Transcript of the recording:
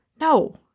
No